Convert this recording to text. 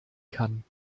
kann